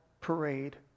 parade